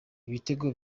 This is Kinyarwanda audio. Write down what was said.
ibitego